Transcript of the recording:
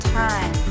time